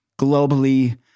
globally